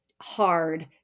hard